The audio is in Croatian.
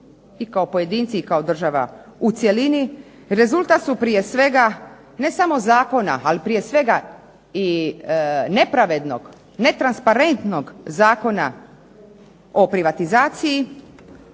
i kao pojedinci i kao država u cjelini, rezultat su prije svega, ne samo zakona, ali prije svega i nepravednog, netransparentnog Zakona o privatizaciji,